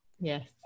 Yes